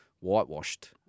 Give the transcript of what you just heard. whitewashed